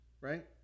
Right